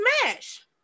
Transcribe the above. smash